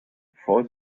bevor